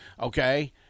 Okay